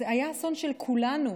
היה אסון של כולנו.